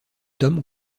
tom